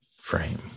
frame